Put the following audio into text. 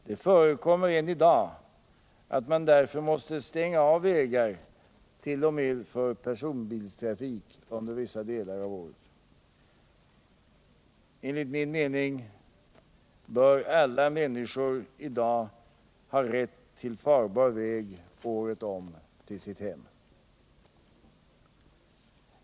Det förekommer än i dag att man måste stänga av vägar t.o.m. för personbilstrafik under vissa delar av året. Enligt min mening bör alla människor i dag ha rätt till farbar väg året om till sitt hem.